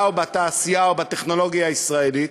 או בתעשייה או בטכנולוגיה הישראלית.